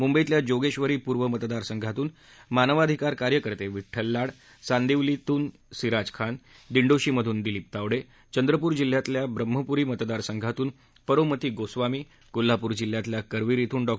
मुंबईतल्या जोगेश्वरी पूर्व मतदासंघातून मानवाधिकार कार्यकर्ते विड्डल लाड चांदीवली सिराज खान दिंडोशी दिलिप तावडे चंद्रपूर जिल्ह्यातल्या ब्रम्हपूरी मतदारसंघातून परोमिता गोस्वामी कोल्हापूर जिल्ह्यातल्या करवीर श्रिन डॉ